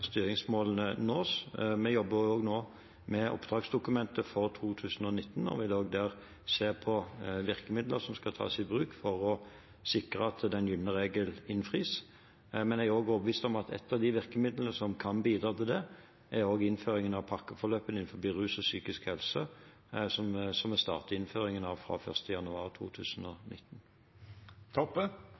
styringsmålene nås. Vi jobber nå med oppdragsdokumentet for 2019 og vil også der se på virkemidler som skal tas i bruk for å sikre at den gylne regel innfris. Jeg er overbevist om at ett av de virkemidlene som kan bidra til det, er innføringen av pakkeforløpene innenfor rus og psykisk helse, som vi starter innføringen av 1. januar 2019.